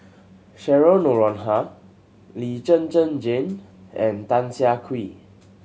Cheryl Noronha Lee Zhen Zhen Jane and Tan Siah Kwee